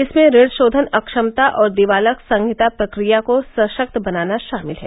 इसमें ऋणशोधन अक्षमता और दिवाला संहिता प्रक्रिया को सशक्त बनाना शामिल है